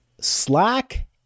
Slack